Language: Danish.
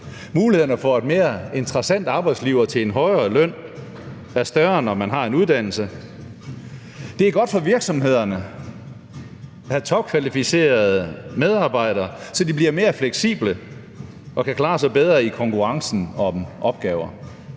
Mulighederne for et mere interessant arbejdsliv og til en højere løn er større, når man har en uddannelse. Det er godt for virksomhederne at have topkvalificerede medarbejdere, så de bliver mere fleksible og kan klare sig bedre i konkurrencen om opgaver.